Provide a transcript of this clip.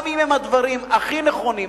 גם אם הם הדברים הכי נכונים,